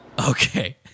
Okay